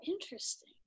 interesting